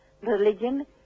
religion